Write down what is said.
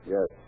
Yes